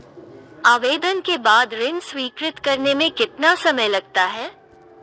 आवेदन के बाद ऋण स्वीकृत करने में कितना समय लगता है?